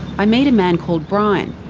i meet a man called brian.